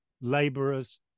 laborers